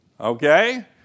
Okay